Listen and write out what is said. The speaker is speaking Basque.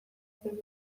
zen